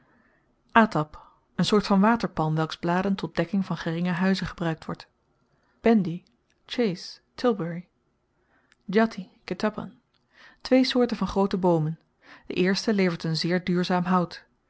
n soort van waterpalm welks bladen tot dekking van geringe huizen gebruikt worden bendie chais tilbury djati ketapan twee soorten van groote boomen de eerste levert n zeer duurzaam hout